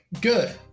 good